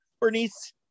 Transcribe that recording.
Bernice